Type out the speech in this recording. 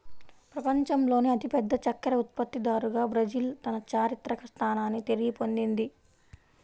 ప్రపంచంలోనే అతిపెద్ద చక్కెర ఉత్పత్తిదారుగా బ్రెజిల్ తన చారిత్రక స్థానాన్ని తిరిగి పొందింది